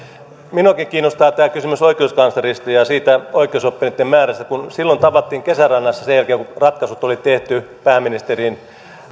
minuakin kiinnostaa tämä kysymys oikeuskanslerista ja ja oikeusoppineitten määrästä kun tavattiin kesärannassa sen jälkeen kun ratkaisut oli tehty pääministerin